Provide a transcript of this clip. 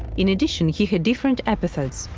in addition, he had different epithets,